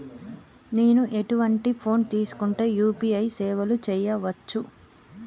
నేను ఎటువంటి ఫోన్ తీసుకుంటే యూ.పీ.ఐ సేవలు చేయవచ్చు?